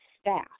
staff